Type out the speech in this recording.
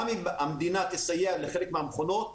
גם אם המדינה תסייע לחלק מהמכונות,